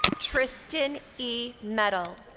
tristan e. metal.